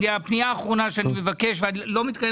הפנייה האחרונה שאני מבקש להביא ולא מתקיים